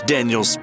Daniel